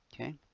Okay